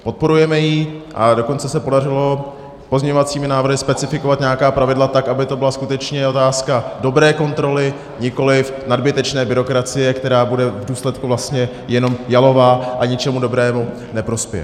Podporujeme ji, a dokonce se podařilo pozměňovacími návrhy specifikovat nějaká pravidla tak, aby to byla skutečně otázka dobré kontroly, nikoli nadbytečné byrokracie, která bude v důsledku vlastně jenom jalová a ničemu dobrému neprospěje.